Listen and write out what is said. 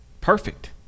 perfect